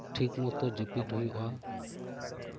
ᱴᱷᱤᱠ ᱢᱚᱛᱚ ᱡᱟᱹᱯᱤᱫ ᱦᱳᱭᱳᱜᱼᱟ